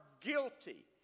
guilty